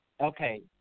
Okay